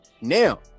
now